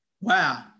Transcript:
Wow